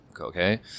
Okay